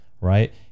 right